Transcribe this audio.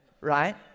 right